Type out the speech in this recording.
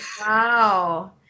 wow